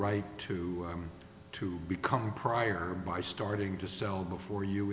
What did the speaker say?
right to him to become prior by starting to sell before you